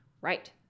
Right